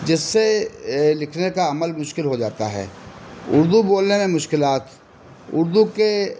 جس سے لکھنے کا عمل مشکل ہو جاتا ہے اردو بولنے میں مشکلات اردو کے